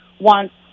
wants